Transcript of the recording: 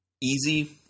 Easy